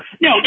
no